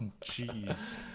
jeez